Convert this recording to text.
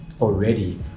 already